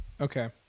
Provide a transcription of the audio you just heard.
Okay